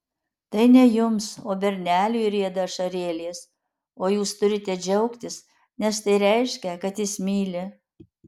tai ne jums o berneliui rieda ašarėlės o jūs turite džiaugtis nes tai reiškia kad jis myli